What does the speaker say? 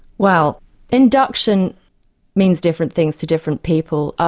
well induction means different things to different people.